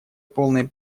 полной